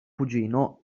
cugino